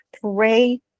Pray